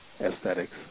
aesthetics